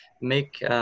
make